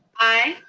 aye.